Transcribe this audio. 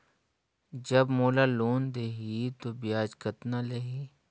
जब मोला लोन देही तो ब्याज कतना लेही?